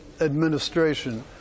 administration